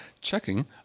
checking